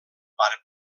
pare